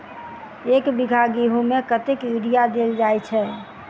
एक बीघा गेंहूँ मे कतेक यूरिया देल जाय छै?